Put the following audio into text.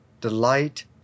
delight